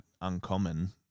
uncommon